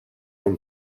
own